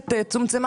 השוטפת שלהם,